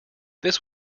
this